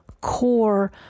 core